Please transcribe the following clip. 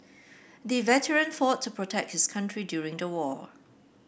the veteran fought to protect his country during the war